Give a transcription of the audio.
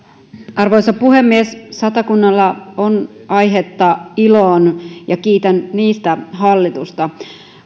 arvoisa puhemies satakunnalla on aihetta iloon ja kiitän siitä hallitusta